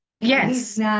Yes